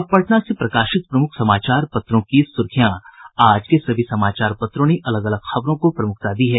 अब पटना से प्रकाशित प्रमुख समाचार पत्रों की सुर्खियां आज के सभी समाचार पत्रों ने अलग अलग खबरों को प्रमुखता दी है